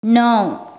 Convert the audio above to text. णव